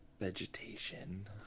vegetation